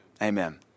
Amen